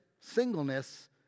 singleness